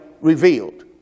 revealed